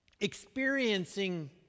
experiencing